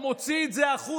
הוא מוציא את זה החוצה.